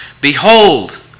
Behold